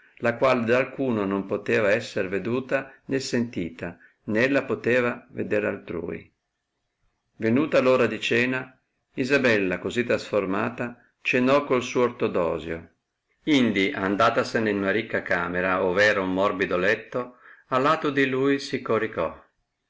la quale d'alcuno non poteva essere veduta né sentita né ella poteva veder altrui venuta l ora di cena isabella così trasformata cenò col suo ortodosio indi andatasene in una ricca camera ov era un morbido letto a lato di lui si coricò